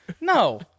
No